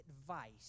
advice